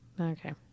Okay